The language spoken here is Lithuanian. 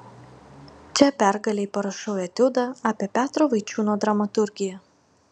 čia pergalei parašau etiudą apie petro vaičiūno dramaturgiją